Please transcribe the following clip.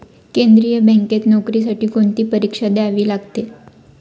केंद्रीय बँकेत नोकरीसाठी कोणती परीक्षा द्यावी लागते?